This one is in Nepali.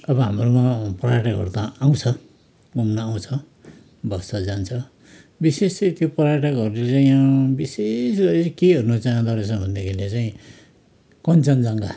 अब हाम्रोमा पर्यटकहरू त आउँछ घुम्न आउँछ बस्छ जान्छ विशेष चाहिँ त्यो पर्यटकहरू चाहिँ यहाँ विशेष गरी चाहिँ के हेर्नु चाहँदो रहेछ भनेदेखिलाई चाहिँ कञ्चनजङ्घा